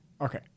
Okay